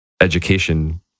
education